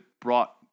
brought